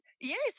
Yes